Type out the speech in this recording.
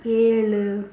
ஏழு